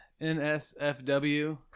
NSFW